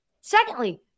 Secondly